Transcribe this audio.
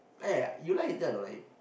like ah you like Hin-Teck or don't like him